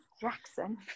Jackson